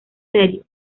serio